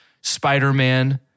Spider-Man